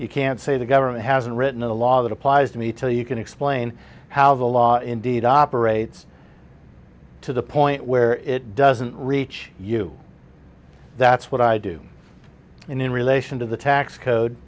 you can't say the government hasn't written a law that applies to me tell you can explain how the law indeed operates to the point where it doesn't reach you that's what i do in relation to the tax code